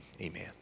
amen